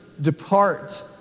depart